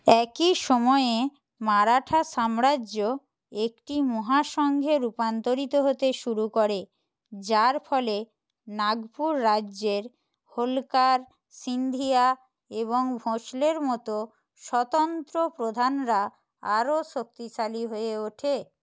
একই সময়ে মারাঠা সাম্রাজ্য একটি মহাসংঘে রূপান্তরিত হতে শুরু করে যার ফলে নাগপুর রাজ্যের হোলকার সিন্ধিয়া এবং ভোঁসলের মতো স্বতন্ত্র প্রধানরা আরও শক্তিশালী হয়ে ওঠে